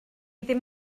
ddim